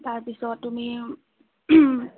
তাৰ পিছত তুমি